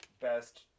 best